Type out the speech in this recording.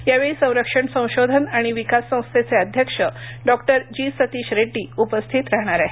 यावेळी संरक्षण संशोधन आणि विकास संस्थेचे अध्यक्ष डॉ जी सतीश रेड्डी उपस्थित राहणार आहेत